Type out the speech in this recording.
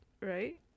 right